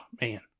Man